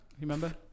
remember